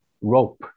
rope